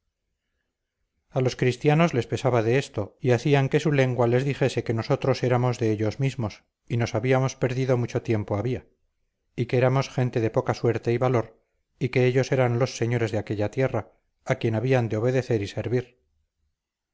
a los cristianos les pesaba de esto y hacían que su lengua les dijese que nosotros éramos de ellos mismos y nos habíamos perdido mucho tiempo había y que éramos gente de poca suerte y valor y que ellos eran los señores de aquella tierra a quien habían de obedecer y servir